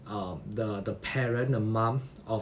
um the the parent the mom of